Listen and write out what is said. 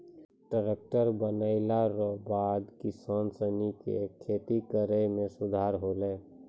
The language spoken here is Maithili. टैक्ट्रर बनला रो बाद किसान सनी के खेती करै मे सुधार होलै